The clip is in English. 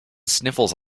sniffles